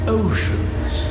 oceans